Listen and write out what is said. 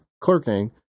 clerking